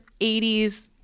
80s